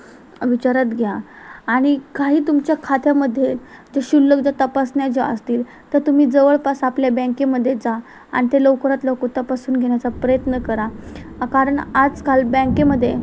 विचारात घ्या आणि काही तुमच्या खात्यामध्ये जो क्षुल्लक जो तपासण्या ज्या असतील तर तुम्ही जवळपास आपल्या बँकेमध्ये जा आणि ते लवकरात लवकर तपासून घेण्याचा प्रयत्न करा कारण आजकाल बँकेमध्ये